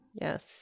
Yes